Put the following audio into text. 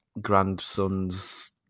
grandsons